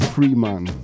Freeman